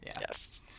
Yes